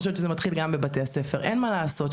אני חושבת שזה מתחיל גם בבתי הספר, אין מה לעשות.